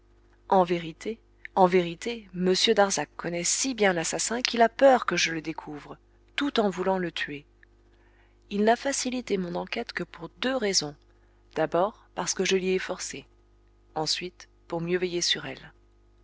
en vérité m darzac connaît si bien l'assassin qu'il a peur que je le découvre tout en voulant le tuer il n'a facilité mon enquête que pour deux raisons d'abord parce que je l'y ai forcé ensuite pour mieux veiller sur elle